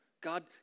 God